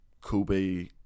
Kobe